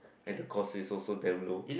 and the cost is also damn low